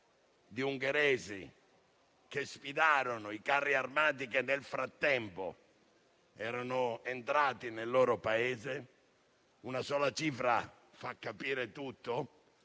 di ungheresi che sfidarono i carri armati che nel frattempo erano entrati nel loro Paese. Una sola cifra fa capire tutto: